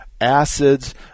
acids